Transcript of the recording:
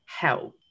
help